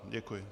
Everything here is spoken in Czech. Děkuji.